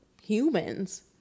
humans